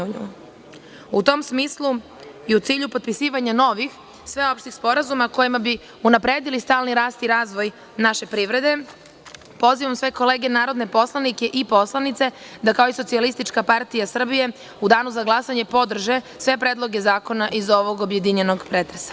U tom smislu i u cilju potpisivanja novih sveopštih sporazuma kojima bi unapredili stalni rast i razvoj naše privrede, pozivam svoje kolege narodne poslanike i poslanice da kao i SPS u danu za glasanje podrže sve predloge zakona iz ovog objedinjenog pretresa.